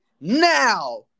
now